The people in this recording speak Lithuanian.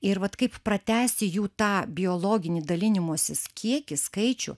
ir vat kaip pratęsti jų tą biologinį dalinimosi kiekį skaičių